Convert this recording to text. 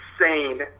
insane